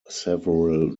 several